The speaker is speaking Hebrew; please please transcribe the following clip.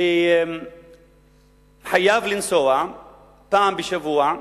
שחייב לנסוע פעם בשבוע.